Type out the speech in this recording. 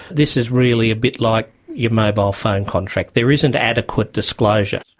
this is really a bit like your mobile phone contract. there isn't adequate disclosure.